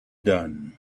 done